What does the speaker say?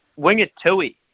Wingatui